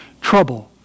trouble